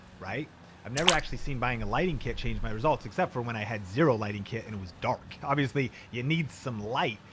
i've never actually seen buying a lighting kit change my results. except for when i had zero lighting kit and it was dark. obviously, you need some light.